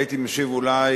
הייתי משיב אולי